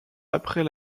après